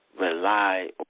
rely